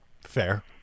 Fair